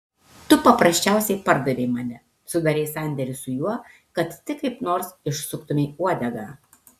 tu paprasčiausiai pardavei mane sudarei sandėrį su juo kad tik kaip nors išsuktumei uodegą